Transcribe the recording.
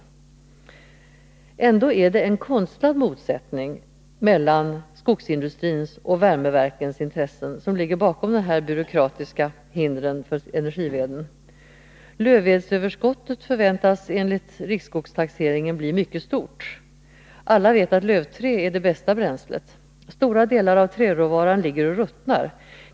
Ändå är det en konstlad motsättning mellan skogsindustrins och värmeverkens intressen som ligger bakom de här byråkratiska hindren för energiveden. Lövvedsöverskottet förväntas enligt riksskogstaxeringen bli mycket stort. Alla vet att lövträ är det bästa bränslet. Stora delar av träråvaran ligger och ruttnar.